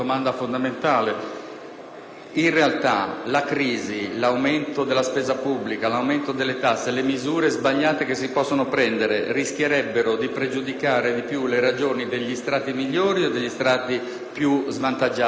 in realtà la crisi, l'aumento della spesa pubblica, l'aumento delle tasse, le misure sbagliate che si possono prendere rischierebbero di pregiudicare di più le ragioni degli strati migliori o di quelli più svantaggiati della popolazione?